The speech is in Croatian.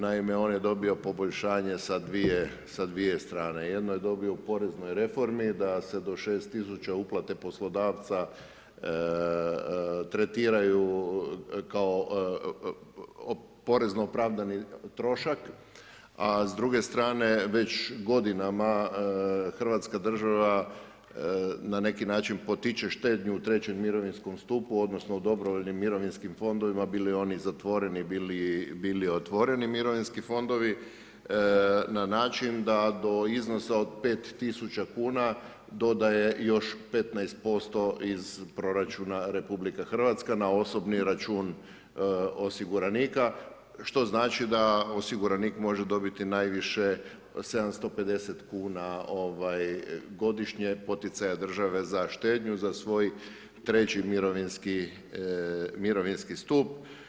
Naime, on je dobio poboljšanje sa dvije strane, jedno je dobio u poreznoj reformi, da se do 6000 uplate poslodavca tretiraju kao porezno opravdani trošak, a s druge strane već godinama Hrvatska država na neki način potiče štednju u trećem mirovinskom stupu odnosno u dobrovoljnim mirovinskim fondovima bili oni zatvoreni, bili otvoreni mirovinski fondovi na način da do iznosa od 5000 kuna dodaje još 15% iz proračuna Republike Hrvatske na osobni račun osiguranika, što znači da osiguranik može dobiti najviše 750 kuna godišnje poticaja države za štednju za svoj treći mirovinski stup.